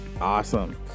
Awesome